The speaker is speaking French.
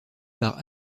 par